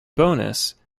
bonus